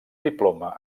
diploma